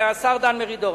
השר דן מרידור,